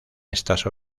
estas